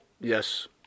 Yes